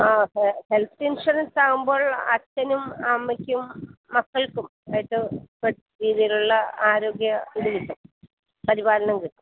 ആ അതെ ഹെൽത്ത് ഇൻഷുറൻസാകുമ്പോൾ അച്ഛനും അമ്മക്കും മക്കൾക്കും ആയിട്ട് രീതിയിലുള്ള ആരോഗ്യം ഇതു കിട്ടും പരിപാലനം കിട്ടും